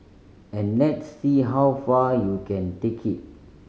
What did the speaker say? and let's see how far you can take it